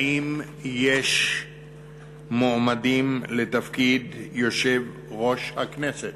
האם יש מועמדים לתפקיד יושב-ראש הכנסת?